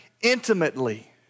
intimately